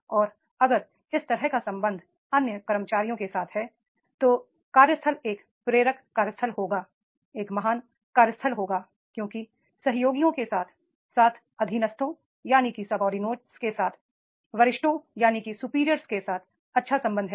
और अगर इस तरह का संबंध अन्य कर्मचारियों के साथ है तो कार्यस्थल एक प्रेरक कार्यस्थल होगा एक महान कार्यस्थल होगा क्योंकि सहयोगियों के साथ साथ सबोर्डिनेट के साथ सुपीरियर का अच्छा संबंध है